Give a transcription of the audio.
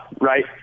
Right